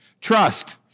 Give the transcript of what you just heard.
Trust